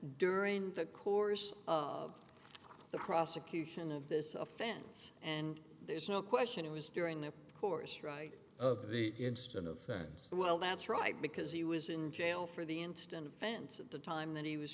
during the course of the prosecution of this offense and there's no question it was during the course right of the instant of well that's right because he was in jail for the instant offense at the time that he was